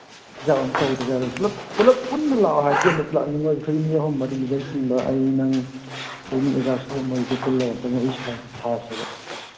ꯍꯤꯁꯥꯞ ꯑꯃ ꯇꯧꯗ ꯌꯥꯔꯣꯏ ꯄꯨꯂꯞ ꯄꯨꯂꯞ ꯄꯨꯟꯅ ꯂꯥꯛꯑꯣ ꯍꯥꯏꯕꯗꯤ ꯑꯃꯨꯛ ꯂꯥꯛꯅꯤꯡꯉꯣꯏꯕ ꯑꯩꯈꯣꯏ ꯃꯤ ꯑꯍꯨꯝ ꯃꯔꯤ ꯂꯤꯗꯔ ꯆꯤꯡꯕ ꯑꯩ ꯅꯪ ꯑꯩꯈꯣꯏꯅꯤ ꯑꯖꯥꯁꯈꯣꯏ ꯍꯣꯏꯗꯨ ꯄꯨꯜꯂꯒ ꯑꯝꯇꯪ ꯋꯥꯔꯤ ꯁꯥꯁꯦꯕ